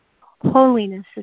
holiness